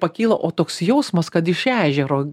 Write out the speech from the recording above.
pakyla o toks jausmas kad iš ežero